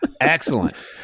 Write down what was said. Excellent